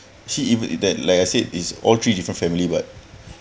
she even that like I said is all three different family but